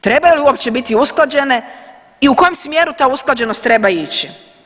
Trebaju li uopće biti usklađene i u kojem smjeru ta usklađenost treba ići?